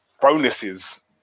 bonuses